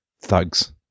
thugs